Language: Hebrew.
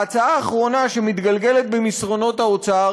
ההצעה האחרונה שמתגלגלת במסדרונות האוצר